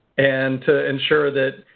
and to ensure that